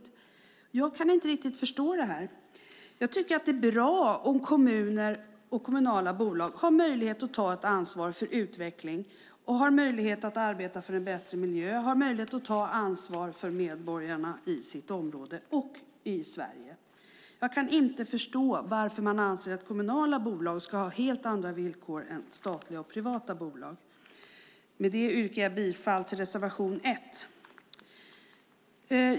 Det är märkligt. Jag kan inte riktigt förstå det. Jag tycker att det är bra om kommuner och kommunala bolag har möjlighet att ta ett ansvar för utveckling, har möjlighet att arbeta för en bättre miljö och har möjlighet att ta ansvar för medborgarna i sitt område och i Sverige. Jag kan inte förstå varför man anser att kommunala bolag ska ha helt andra villkor än statliga och privata bolag. Med det yrkar jag bifall till reservation 1.